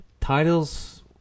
titles